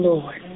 Lord